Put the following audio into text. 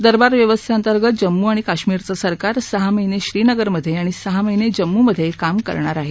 दरबार व्यवस्थेअंतर्गत जम्मू आणि काश्मीरचं सरकार सहा महिने श्रीनगरमधे आणि सहा महिने जम्मूमधे काम करणार आहेत